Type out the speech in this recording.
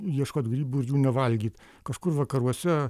ieškot grybų jų nevalgyt kažkur vakaruose